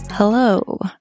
Hello